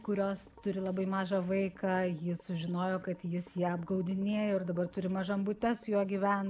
kurios turi labai mažą vaiką ji sužinojo kad jis ją apgaudinėjo ir dabar turim mažam bute su juo gyvent